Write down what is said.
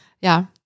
ja